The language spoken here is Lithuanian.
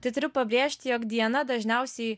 tai turiu pabrėžti jog diana dažniausiai